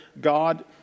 God